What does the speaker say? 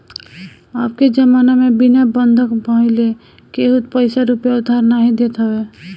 अबके जमाना में बिना बंधक धइले केहू पईसा रूपया उधार नाइ देत हवे